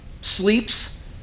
sleeps